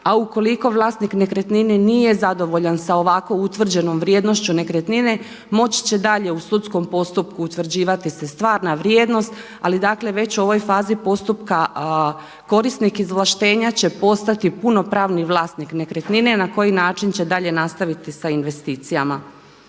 A ukoliko vlasnik nekretnine nije zadovoljan sa ovako utvrđenom vrijednošću nekretnine moći će dalje u sudskom postupku utvrđivati se stvarna vrijednost ali dakle već u ovoj fazi postupka korisnik izvlaštenja će postati punopravni vlasnik nekretnine na koji način će dalje nastaviti sa investicijama.